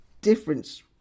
difference